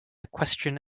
equestrian